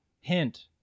Hint